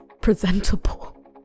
Presentable